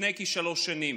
לפני כשלוש שנים.